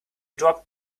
drop